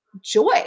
joy